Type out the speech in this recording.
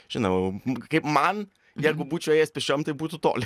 žinau kaip man jeigu būčiau ėjęs pėsčiom tai būtų toli